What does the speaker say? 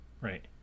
Right